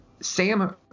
Sam